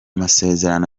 masezerano